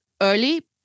early